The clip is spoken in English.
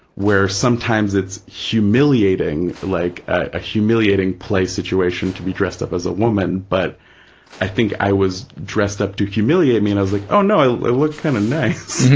where sometimes it's humiliating, like a humiliating play situation to be dressed up as a woman, but i think i was dressed up to humiliate me and i was like, oh, no, i look kind of nice,